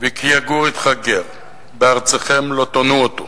"וכי יגור אתך גר בארצכם לא תונו אותו.